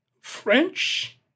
French